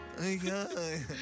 Okay